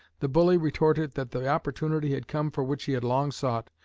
the bully retorted that the opportunity had come for which he had long sought,